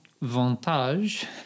Vantage